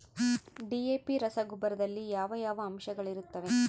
DAP ರಸಗೊಬ್ಬರದಲ್ಲಿ ಯಾವ ಯಾವ ಅಂಶಗಳಿರುತ್ತವರಿ?